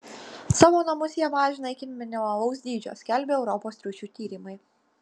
savo namus jie mažina iki minimalaus dydžio skelbia europos triušių tyrimai